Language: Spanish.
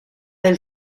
del